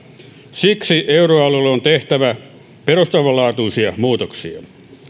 siksi euroalueella on tehtävä perustavanlaatuisia muutoksia